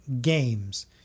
games